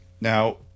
now